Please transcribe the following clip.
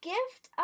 Gift